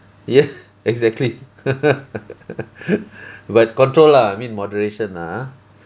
yeah exactly but control lah I mean moderation lah ah